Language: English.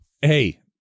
hey